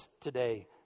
today